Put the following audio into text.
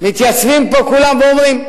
מתייצבים פה כולם ואומרים: